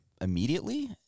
immediately